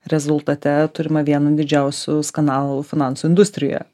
rezultate turime vieną didžiausių skandalų finansų industrijoje